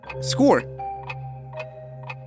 Score